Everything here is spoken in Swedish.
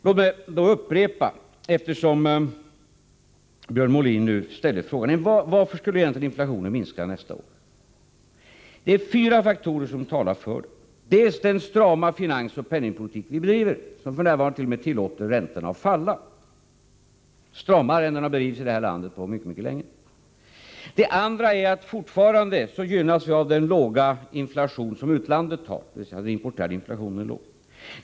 Låt mig upprepa, eftersom Björn Molin nu ställde frågan varför inflationen egentligen skulle minska nästa år: Det är fyra faktorer som talar för detta. Den första är den strama finansoch penningpolitik som vi bedriver, som för närvarandet.o.m. tillåter räntorna att falla. Det är en stramare politik än som bedrivits i det här landet på mycket länge. Den andra är att vi fortfarande gynnas av den låga inflation som utlandet har, dvs. att den importerade inflationen är låg.